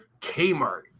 Kmart